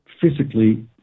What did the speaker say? physically